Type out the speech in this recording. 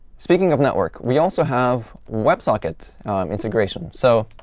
speaking of network, we also have web socket integration. so